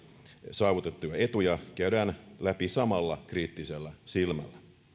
saavutettuja etuja käydään läpi samalla kriittisellä silmällä